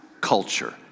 culture